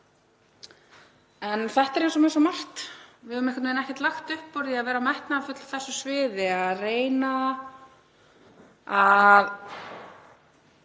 En þetta er eins og með svo margt, við höfum einhvern veginn ekkert lagt upp úr því að vera metnaðarfull á þessu sviði, að reyna að